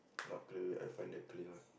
not clear I find the clear one